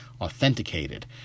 authenticated